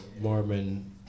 Mormon